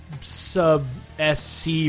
sub-SC